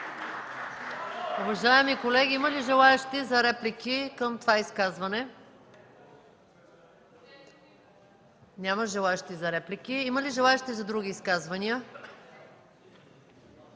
Уважаеми колеги, има ли желаещи за реплики към това изказване? Няма. Има ли желаещи за други изказвания?